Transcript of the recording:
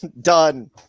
done